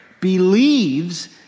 believes